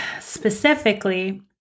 specifically